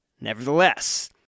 Nevertheless